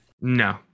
No